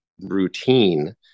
routine